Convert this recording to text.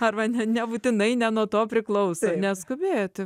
arba nebūtinai ne nuo to priklausė neskubėti